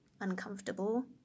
uncomfortable